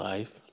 Life